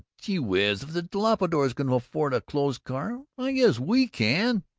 gee whiz, if the doppelbraus can afford a closed car, i guess we can!